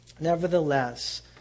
Nevertheless